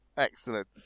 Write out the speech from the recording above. Excellent